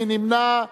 מי נמנע?